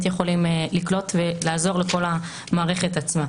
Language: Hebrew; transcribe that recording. יכולים לקלוט ולעזור לכל המערכת עצמה.